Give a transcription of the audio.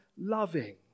loving